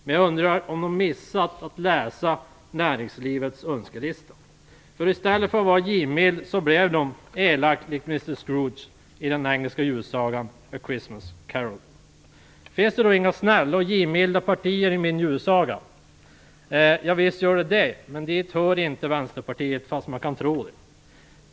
Men jag undrar om de missat att läsa näringslivets önskelista. I stället för att vara givmilda blev de elaka likt Mr Scrooge i den engelska julsagan A Christmas Carol. Finns det då inga snälla och givmilda partier i min julsaga? Jovisst gör det det, men dit hör inte Vänsterpartiet, fast man kan tro det.